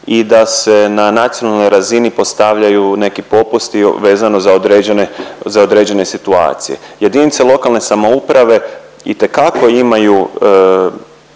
i da se na nacionalnoj razini postavljaju neki popusti vezano za određene, za određene situacije. JLS itekako imaju